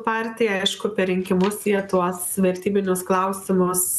partija aišku per rinkimus jie tuos vertybinius klausimus